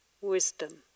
wisdom